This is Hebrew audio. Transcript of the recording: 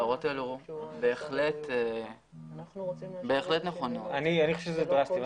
אני חושב שזה דרסטי.